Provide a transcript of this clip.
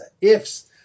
ifs